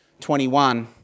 21